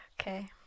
Okay